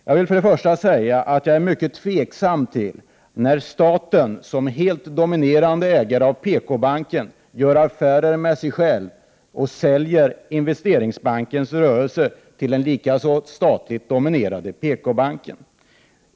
Jag vill först och främst säga att jag är mycket tveksam till att staten såsom helt dominerande ägare av PKbanken gör affärer med sig själv och säljer Investeringsbankens rörelse till den likaså statligt dominerade PKbanken.